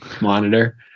monitor